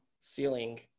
ceiling